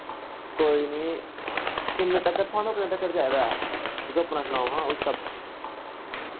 कोई नी किन्ने तकर थुहानू किन्ने तगर चाहिदा ऐ तुस अपना सनाओ हां उस